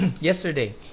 yesterday